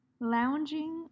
Lounging